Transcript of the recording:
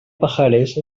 pajares